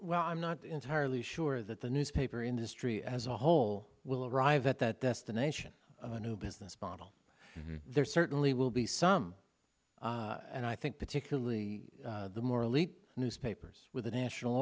well i'm not entirely sure that the newspaper industry as a whole will arrive at that destination of a new business model there certainly will be some and i think particularly the more elite newspapers with a national